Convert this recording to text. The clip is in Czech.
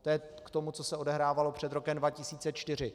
To je k tomu, co se odehrávalo před rokem 2004.